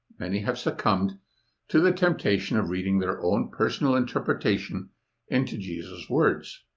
many have succumbed to the temptation of reading their own personal interpretation into jesus' words.